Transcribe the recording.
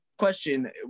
question